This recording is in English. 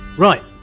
Right